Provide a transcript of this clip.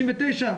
69,